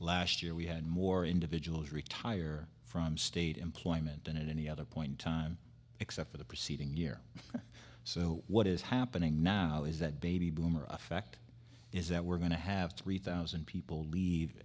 last year we had more individuals retire from state employment and in any other point time except for the preceding year so what is happening now is that baby boomer effect is that we're going to have to three thousand people leave